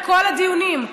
בכל הדיונים.